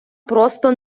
просто